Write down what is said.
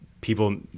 people